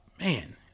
Man